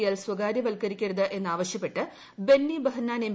L സ്വകാര്യവൽക്കരിക്കരുത് എന്ന് ആവശ്യപ്പെട്ട് ബെന്നി ബഹന്നാൻ എം